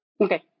okay